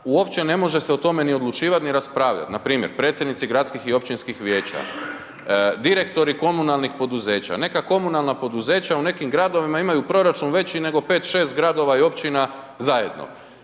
uopće ne može se o tome ni odlučivati ni raspravljati. Npr. predsjednici gradskih i općinskih vijeća, direktori komunalnih poduzeća, neka komunalna poduzeća u nekim gradovima, imaju proračun veći nego 5-6 gradova i općina zajedno.